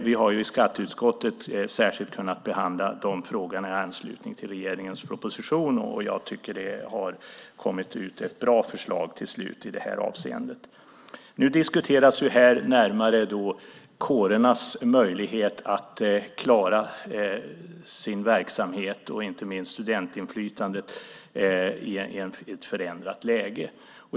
Vi har i skatteutskottet särskilt kunnat behandla de frågorna i anslutning till regeringens proposition, och jag tycker att det har kommit ut ett bra förslag till slut i det här avseendet. Nu diskuteras närmare kårernas möjlighet att klara sin verksamhet, inte minst studentinflytandet, i ett förändrat läge.